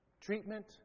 treatment